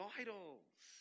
idols